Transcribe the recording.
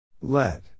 Let